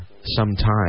sometime